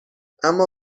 اما